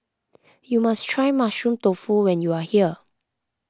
you must try Mushroom Tofu when you are here